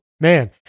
man